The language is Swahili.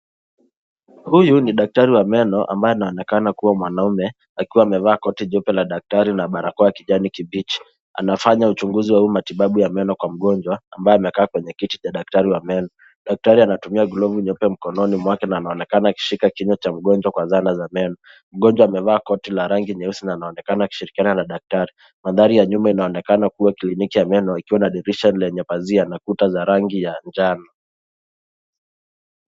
Huyu, ni daktari wa meno, ambaye anaonekana kuwa mwanaume, akiwa amevaa koti jeupe la daktari, na barakoa ya kijani kibichi. Anafanya uchunguzi au matibabu ya meno kwa mgojwa, ambaye amekaa kwenye kiti cha daktari wa meno. Daktari anatumia glavu nyeupe mkononi mwake, na anaonekana akishika kinywa cha mgonjwa kwa zana za meno. Mgonjwa amevaa koti la rangi nyeusi, na anaonekana akishirikiana na daktari. Mandhari ya nyuma inaonekana kuwa kliniki ya meno, ikiwa na dirisha lenye pazia, na kuta za rangi ya njano.